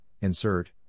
insert